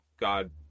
god